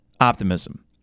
optimism